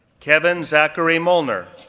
kevin zachary molnar,